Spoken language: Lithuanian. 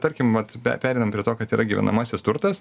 tarkim vat pereinam prie to kad yra gyvenamasis turtas